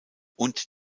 und